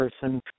person